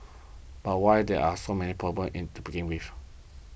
but why there are so many problems in to begin with